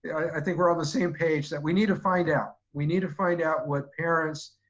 i think we're on the same page that we need to find out. we need to find out what parents,